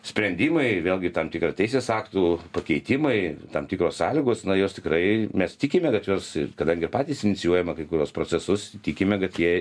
sprendimai vėlgi tam tikra teisės aktų pakeitimai tam tikros sąlygos na jos tikrai mes tikime kad jos kadangi ir patys inicijuojame kai kuriuos procesus tikime kad jie